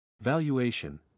Valuation